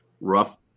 rough